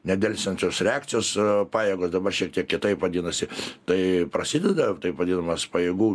nedelsiant šios reakcijos pajėgos dabar šiek tiek kitaip vadinasi tai prasideda taip vadinamas pajėgų